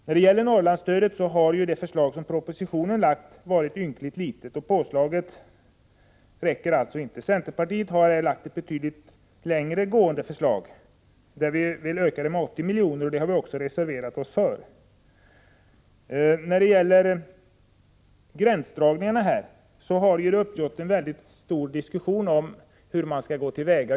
När det gäller Norrlandsstödet är den summa som föreslås i propositionen ynkligt liten. Påslaget räcker inte. Centerpartiet har lagt fram ett betydligt längre gående förslag. Vi vill ha en ökning med ytterligare 80 milj.kr., vilket vi också har reserverat oss för. Då det gäller gränsdragningarna för stödet har det uppstått en stor diskussion om hur man skall gå till väga.